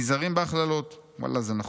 נזהרים בהכללות," ואללה, זה נכון.